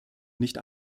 nicht